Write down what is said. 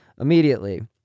Immediately